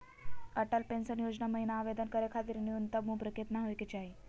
Atal pension योजना महिना आवेदन करै खातिर न्युनतम उम्र केतना होवे चाही?